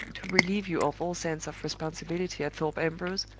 to relieve you of all sense of responsibility at thorpe ambrose,